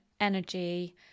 energy